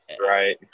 Right